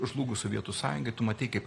žlugus sovietų sąjungai tu matei kaip